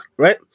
Right